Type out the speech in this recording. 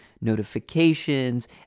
notifications